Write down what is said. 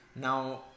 Now